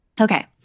Okay